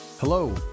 Hello